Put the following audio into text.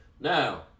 Now